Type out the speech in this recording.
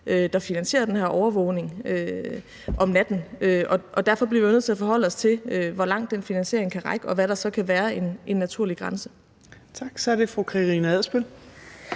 der finansierer den her overvågning om natten, og derfor bliver vi nødt til at forholde os til, hvor langt den finansiering kan række, og hvad der så kan være en naturlig grænse. Kl. 16:13 Fjerde